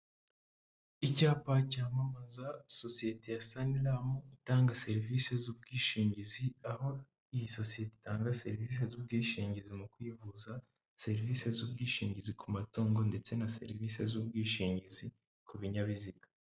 Icyapa cyamamaza sosiyete ya Saniramu itanga serivisi z'ubwishingizi, aho iyi sosiyete itanga serivisi z'ubwishingizi mu kwivuza, serivisi z'ubwishingizi ku matungo ndetse na serivisi z'ubwishingizi ku binyabiziga.